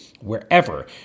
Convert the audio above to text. wherever